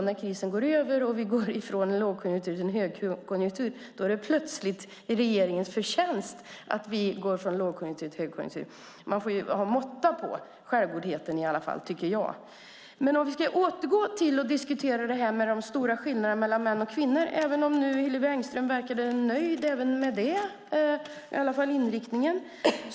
När krisen går över och vi går från lågkonjunktur till högkonjunktur är det plötsligt regeringens förtjänst. Det får vara måtta på självgodheten. Vi återgår till att diskutera de stora skillnaderna mellan män och kvinnor. Hillevi Engström verkar nöjd med inriktningen.